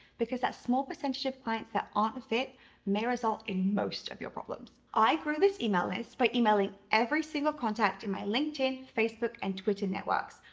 because that small percentage of clients that aren't a fit may result in most of your problems. i grew this email list by emailing every single contact in my linkedin, facebook and twitter networks,